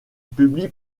publie